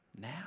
Now